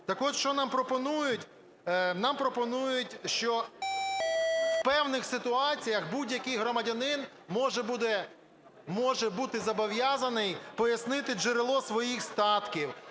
Так от що нам пропонують, нам пропонують, що в певних ситуаціях будь-який громадянин може бути зобов'язаний пояснити джерело своїх статків,